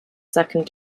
second